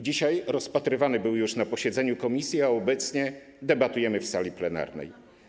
Dzisiaj rozpatrywany był już na posiedzeniu komisji, a obecnie debatujemy nad nim w sali plenarnej.